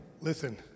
Listen